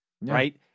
Right